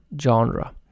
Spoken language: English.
genre